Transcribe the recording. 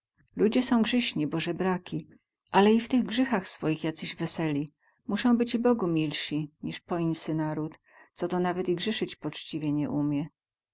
ludzie są grzyśni bo zebraki ale i w tych grzychach swoich jacysi weseli musą być i bogu milsi niz poinsy naród co to nawet i grzysyć poćciwie nie umie